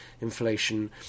inflation